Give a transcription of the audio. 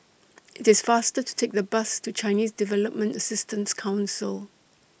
IT IS faster to Take The Bus to Chinese Development Assistance Council